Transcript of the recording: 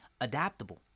adaptable